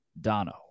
Dono